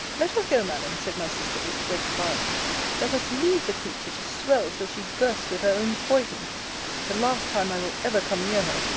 let us go, madam, said my sister, with great violence let us leave the creature to swell till she bursts with her own poison the last time i will ever come near her,